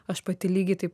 aš pati lygiai taip